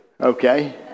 Okay